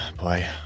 Boy